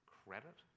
credit